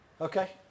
Okay